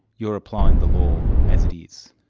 you're applying the law as it is.